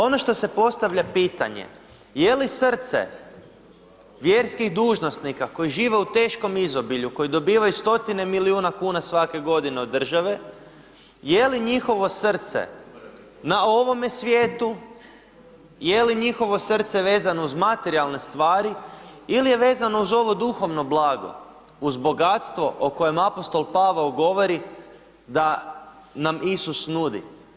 Ono što se postavlja pitanje je li srce vjerskih dužnosnika koji žive u teškom izobilju, koji dobivaju stotine milijuna kuna svake godine od države, je li njihovo srce na ovome svijetu, je li njihovo srce vezano uz materijalne stvari ili je vezano uz ovo duhovno blago, uz bogatstvo o kojem apostol Pavao govori da nam Isus nudi.